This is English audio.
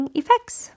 effects